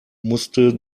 musste